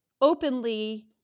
openly